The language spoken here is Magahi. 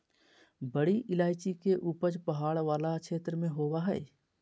बड़ी इलायची के उपज पहाड़ वाला क्षेत्र में होबा हइ